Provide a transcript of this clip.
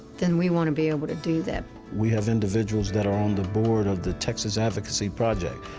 then we want to be able to do that. we have individuals that are on the board of the texas advocacy project,